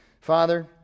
Father